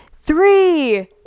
Three